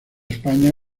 españa